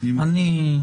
אני מקשיב.